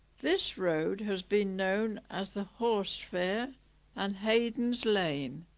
this road has been known as the horse fair and heydon's lane